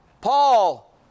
Paul